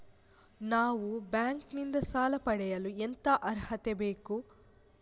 ನಾವು ಬ್ಯಾಂಕ್ ನಿಂದ ಸಾಲ ಪಡೆಯಲು ಎಂತ ಅರ್ಹತೆ ಬೇಕು?